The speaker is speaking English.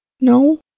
No